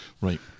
Right